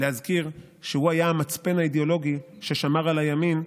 להזכיר שהוא היה המצפן האידיאולוגי ששמר על הימין,